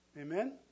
Amen